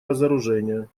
разоружения